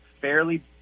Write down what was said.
fairly